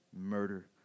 murder